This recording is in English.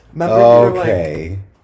Okay